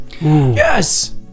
yes